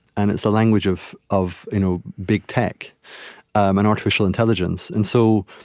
and it's the language of of you know big tech and artificial intelligence. and so,